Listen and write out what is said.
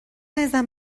ازم